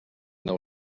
nou